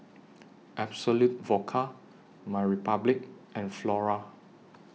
Absolut Vodka MyRepublic and Flora